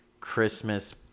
Christmas